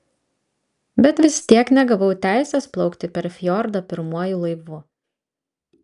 bet vis tiek negavau teisės plaukti per fjordą pirmuoju laivu